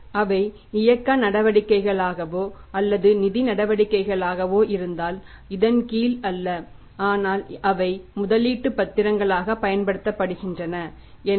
அவை இயக்க நடவடிக்கைகளுக்காகவோ அல்லது நிதி நடவடிக்கைகளுக்காகவோ இருந்தால் இதன் கீழ் அல்ல ஆனால் அவை முதலீட்டு பத்திரங்களாக பயன்படுத்தப்படுகின்றன என்றால்